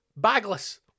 bagless